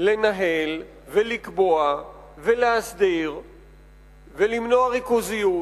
לנהל ולקבוע ולהסדיר ולמנוע ריכוזיות